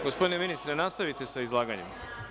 Gospodine ministre, nastavite sa izlaganjem.